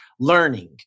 Learning